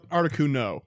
Articuno